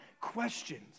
questions